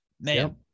Man